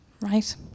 right